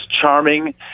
charming